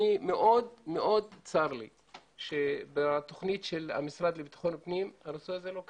צר לי מאוד מאוד שבתכנית של המשרד לביטחון הפנים הנושא הזה לא קיים,